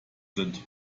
sind